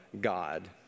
God